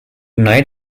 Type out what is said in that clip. night